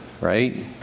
right